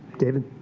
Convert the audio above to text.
david,